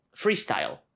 freestyle